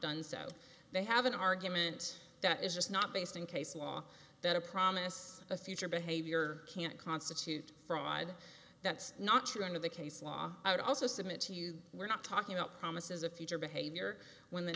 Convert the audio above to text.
done so they have an argument that is just not based on case law that a promise a future behavior can't constitute fraud that's not true under the case law i would also submit to you we're not talking about promises of future behavior when the